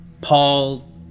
Paul